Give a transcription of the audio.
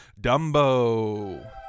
Dumbo